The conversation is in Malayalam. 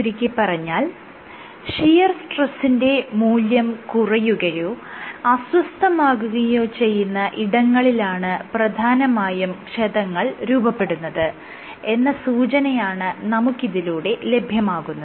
ചുരുക്കിപ്പറഞ്ഞാൽ ഷിയർ സ്ട്രെസ്സിന്റെ മൂല്യം കുറയുകയോ അസ്വസ്ഥമാകുകയോ ചെയ്യുന്ന ഇടങ്ങളിലാണ് പ്രധാനമായും ക്ഷതങ്ങൾ രൂപപ്പെടുന്നത് എന്ന സൂചനയാണ് നമുക്ക് ഇതിലൂടെ ലഭ്യമാകുന്നത്